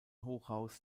hochhaus